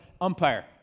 umpire